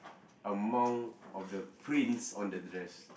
amount of the prints on the dress